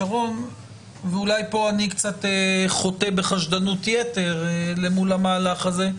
ואולי פה אני קצת חוטא בחשדנות יתר כלפי המהלך הזה,